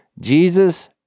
Jesus